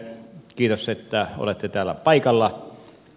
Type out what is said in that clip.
kiitos että olette täällä paikalla